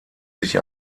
sich